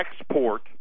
export